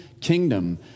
Kingdom